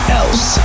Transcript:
else